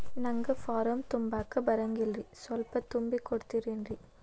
ನಂಗ ಫಾರಂ ತುಂಬಾಕ ಬರಂಗಿಲ್ರಿ ಸ್ವಲ್ಪ ತುಂಬಿ ಕೊಡ್ತಿರೇನ್ರಿ?